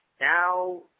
now